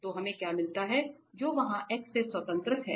तो हमें यह मिलता है जो यहां x से स्वतंत्र है